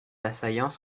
assaillants